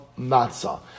matzah